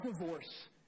divorce